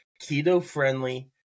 keto-friendly